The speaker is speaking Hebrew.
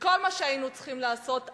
וכל מה שהיינו צריכים לעשות אז,